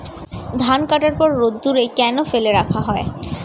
ধান কাটার পর রোদ্দুরে কেন ফেলে রাখা হয়?